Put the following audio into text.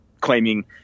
claiming